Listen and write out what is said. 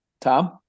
Tom